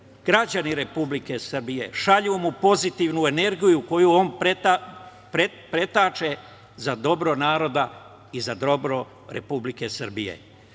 Zašto? Građani Republike Srbije, šalju mu pozitivnu energiju, koju on pretače za dobro naroda i za dobro Republike